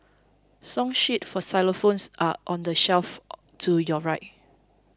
song sheets for xylophones are on the shelf to your right